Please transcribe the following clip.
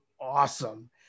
awesome